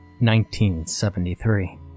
1973